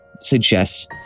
suggests